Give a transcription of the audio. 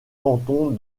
canton